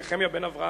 את נחמיה בן-אברהם,